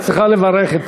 את צריכה לברך את,